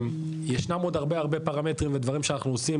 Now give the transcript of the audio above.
ישנם עוד הרבה, הרבה פרמטרים ודברים שאנחנו עושים.